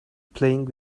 playing